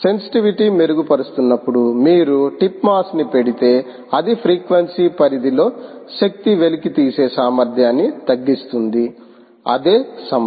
sensitivity మెరుగుపరుస్తున్నప్పుడు మీరు tip మాస్ని పెడితే అది ఫ్రీక్వెన్సీ పరిధిలో శక్తిని వెలికితీసే సామర్థ్యాన్ని తగ్గిస్తుంది అదే సమస్య